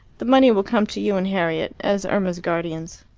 the money will come to you and harriet, as irma's guardians.